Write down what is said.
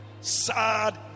Sad